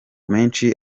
menshi